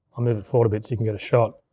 i'll move it forward a bit so you can get a shot.